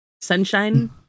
Sunshine